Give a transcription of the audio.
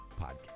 podcast